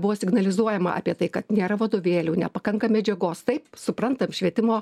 buvo signalizuojama apie tai kad nėra vadovėlių nepakanka medžiagos taip suprantam švietimo